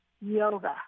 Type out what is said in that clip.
yoga